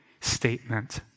statement